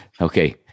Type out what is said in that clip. Okay